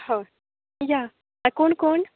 हय या कोण कोण